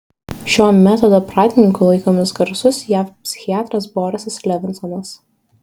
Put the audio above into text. šio metodo pradininku laikomas garsus jav psichiatras borisas levinsonas